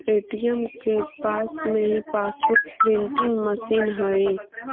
ATM के पास में ही पासबुक प्रिंटिंग मशीन हई